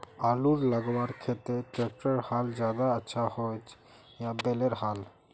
आलूर लगवार केते ट्रैक्टरेर हाल ज्यादा अच्छा होचे या बैलेर हाल?